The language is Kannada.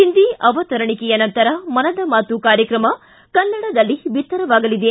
ಹಿಂದಿ ಅವತರಣಿಕೆಯ ನಂತರ ಮನದ ಮಾತು ಕಾರ್ಯಕ್ರಮ ಕನ್ನಡದಲ್ಲಿ ಬಿತ್ತರವಾಗಲಿದೆ